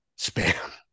spam